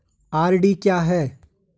RD क्या है?